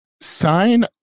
sign